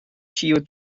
ĉiuj